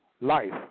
life